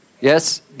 Yes